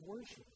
worship